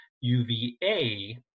UVA